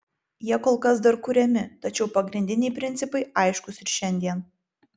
jie kol kas dar kuriami tačiau pagrindiniai principai aiškūs ir šiandien